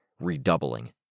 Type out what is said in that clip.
redoubling